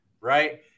right